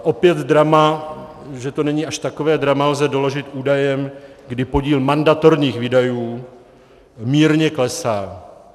Opět, že to není až takové drama, lze doložit údajem, kdy podíl mandatorních výdajů mírně klesá.